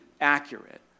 accurate